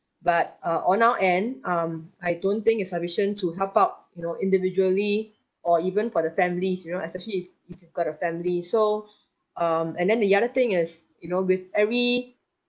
but uh on our end um I don't think is sufficient to help out you know individually or even for the families you know especially if you've got a family so um and then the other thing is you know with every